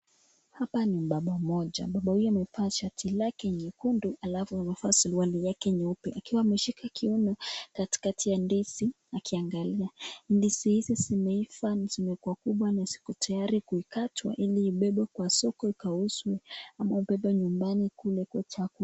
Hapa ni mbaba mmoja, mbaba huyu amevaa shati lake nyekundu halafu amevaa suruali yake nyeupe akiwa ameshika kiuno katikati ya ndizi akiangalia, ndizi hizi zimeiva zimekuwa kubwa na ziko tayari kukatwa ili ibebwe kwa soko ikauzwe ama ibebwe nyumbani ikulwe kwa chakula.